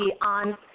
on